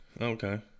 Okay